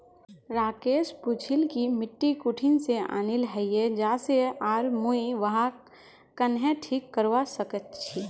राकेश पूछिल् कि मिट्टी कुठिन से आनिल हैये जा से आर मुई वहाक् कँहे ठीक करवा सक छि